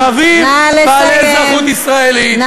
ערבים בעלי אזרחות ישראלית, ולא טרור.